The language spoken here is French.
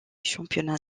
championnats